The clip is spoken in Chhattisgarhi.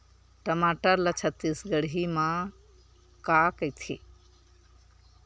टमाटर ला छत्तीसगढ़ी मा का कइथे?